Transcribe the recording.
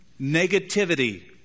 negativity